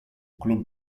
klub